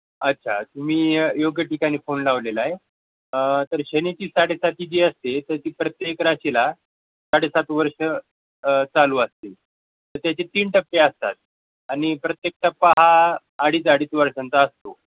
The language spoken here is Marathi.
अच्छा तुम्ही योग्य ठिकाणी फोन लावलेला आहे तर शनीची साडेसाती जी असते तर ती प्रत्येक राशीला साडेसात वर्ष चालू असते तर त्याचे तीन टप्पे असतात आणि प्रत्येक टप्पा हा अडीच अडीच वर्षांचा असतो